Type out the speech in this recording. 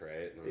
right